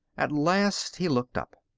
at last he looked up.